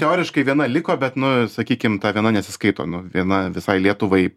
teoriškai viena liko bet nu sakykim ta viena nesiskaito nu viena visai lietuvai